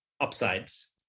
upsides